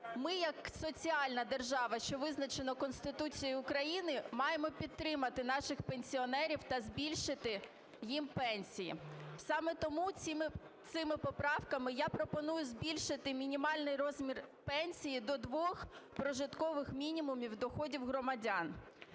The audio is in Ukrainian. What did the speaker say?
ми як соціальна держава, що визначено Конституцією України, маємо підтримати наших пенсіонерів та збільшити їм пенсії. Саме тому цими поправками я пропоную збільшити мінімальний розмір пенсії до двох прожиткових мінімумів доходів громадян.